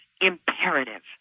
imperative